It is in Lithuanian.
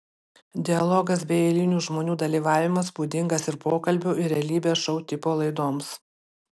dialogas bei eilinių žmonių dalyvavimas būdingas ir pokalbių ir realybės šou tipo laidoms